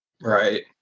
Right